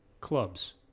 clubs